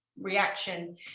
reaction